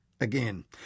again